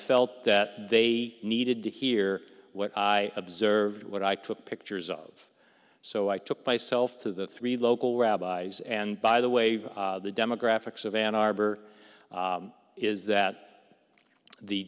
felt that they needed to hear what i observed what i took pictures of so i took myself to the three local rabbis and by the way the demographics of ann arbor is that the